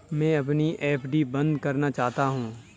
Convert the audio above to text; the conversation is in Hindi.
मैं अपनी एफ.डी बंद करना चाहता हूँ